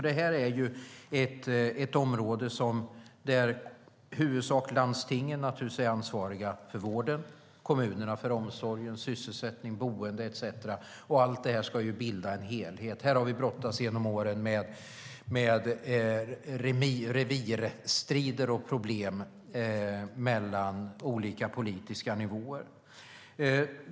Det här är nämligen ett område där i huvudsak landstingen är ansvariga för vården, naturligtvis. Kommunerna är ansvariga för omsorg, sysselsättning, boende etcetera, och allt det här ska bilda en helhet. Här har vi genom åren brottats med revirstrider och problem mellan olika politiska nivåer.